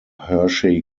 hershey